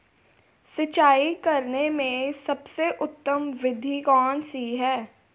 सिंचाई करने में सबसे उत्तम विधि कौन सी है?